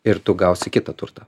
ir tu gausi kitą turtą